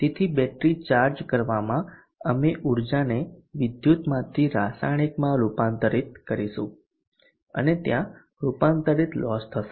તેથી battery charge કરવામાં અમે ઊર્જાને વિદ્યુતમાંથી રાસાયણિકમાં રૂપાંતરિત કરીશું અને ત્યાં રૂપાંતર લોસ થશે